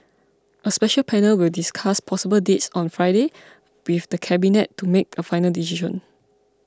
a special panel will discuss possible dates on Friday with the Cabinet to make a final decision